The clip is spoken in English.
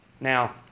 Now